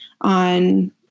on